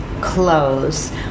clothes